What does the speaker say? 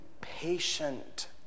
patient